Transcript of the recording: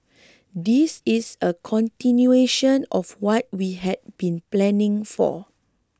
this is a continuation of what we had been planning for